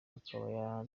akaba